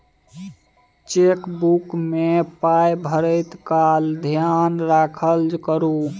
chequebook मे पाय भरैत काल धेयान राखल करू